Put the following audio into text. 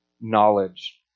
knowledge